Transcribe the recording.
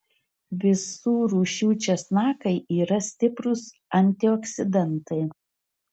visų rūšių česnakai yra stiprūs antioksidantai